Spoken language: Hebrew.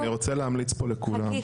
אני רוצה להמליץ פה לכולם,